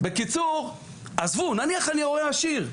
בקיצור, עזבו, נניח אני הורה עשיר,